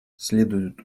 следует